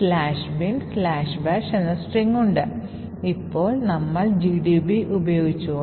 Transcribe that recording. അതിനാൽ കോഡ് ഇതര പ്രദേശങ്ങൾ എക്സിക്യൂട്ടബിൾ അല്ലെന്ന് അടയാളപ്പെടുത്തുന്നതിന് NX ബിറ്റ് അല്ലെങ്കിൽ ND ബിറ്റ് ഉപയോഗിക്കുന്നു